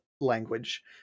language